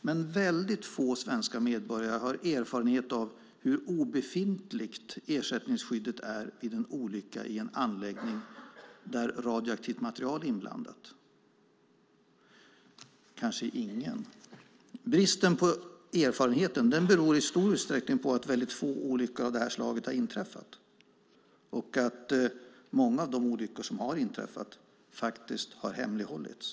Men väldigt få svenska medborgare har erfarenhet av hur obefintligt ersättningsskyddet är vid en olycka i en anläggning där radioaktivt material är inblandat - kanske ingen. Bristen på erfarenhet beror i stor utsträckning på att väldigt få olyckor av det slaget har inträffat och att många av de olyckor som har inträffat faktiskt har hemlighållits.